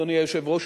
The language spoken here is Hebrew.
אדוני היושב-ראש,